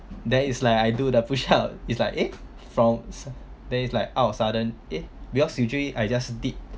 then is like I do the push up it's like eh from then it's like out of sudden eh because usually I just did